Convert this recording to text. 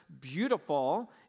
beautiful